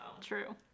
True